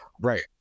right